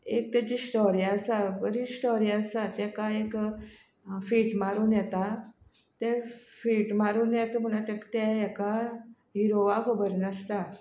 एक तेजी स्टॉरी आसा बरी स्टॉरी आसा तेका एक फीट मारून येता तें फीट मारून येत म्हळ्या तेक तें हेका हिरोवा खबर नासता